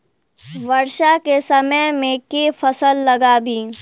वर्षा केँ समय मे केँ फसल लगाबी?